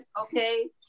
okay